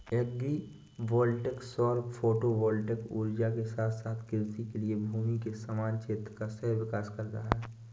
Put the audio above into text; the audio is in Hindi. एग्री वोल्टिक सौर फोटोवोल्टिक ऊर्जा के साथ साथ कृषि के लिए भूमि के समान क्षेत्र का सह विकास कर रहा है